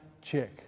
check